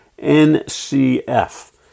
NCF